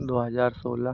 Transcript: दो हज़ार सोलह